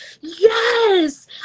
yes